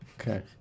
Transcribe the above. Okay